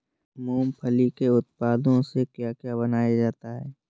मूंगफली के उत्पादों से क्या क्या बनाया जाता है?